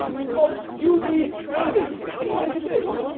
folks, you need training. and i'll tell you this,